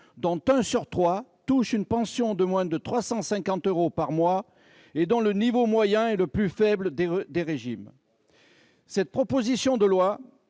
dont un sur trois touche une pension de moins de 350 euros par mois, et dont le niveau moyen est le plus faible des régimes. La proposition de loi